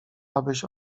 abyś